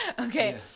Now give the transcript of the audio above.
Okay